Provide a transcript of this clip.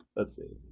let's see,